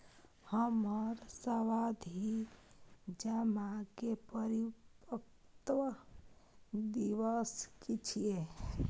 हमर सावधि जमा के परिपक्वता दिवस की छियै?